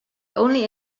only